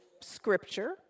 scripture